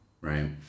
right